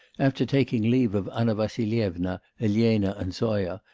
after taking leave of anna vassilyevna, elena, and zoya,